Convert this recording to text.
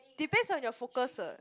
depends on your focus